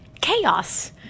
chaos